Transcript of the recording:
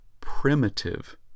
primitive